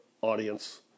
audience